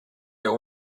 der